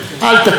אני קורא לכם,